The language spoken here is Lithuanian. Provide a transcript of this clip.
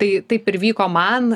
tai taip ir vyko man